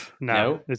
No